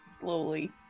slowly